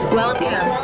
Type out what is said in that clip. welcome